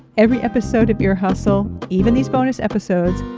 every episode of ear hustle, even these bonus episodes,